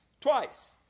twice